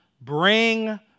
bring